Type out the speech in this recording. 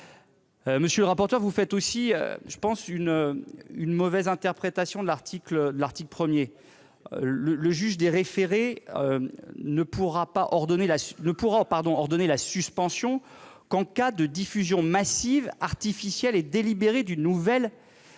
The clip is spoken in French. Monsieur le rapporteur, vous faites une mauvaise interprétation de l'article 1. Le juge des référés ne pourra ordonner la suspension qu'en cas de diffusion massive, artificielle et délibérée d'une nouvelle